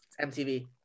MTV